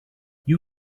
you